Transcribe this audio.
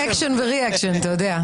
--- action ו-reaction, אתה יודע.